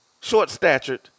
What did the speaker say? short-statured